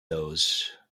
those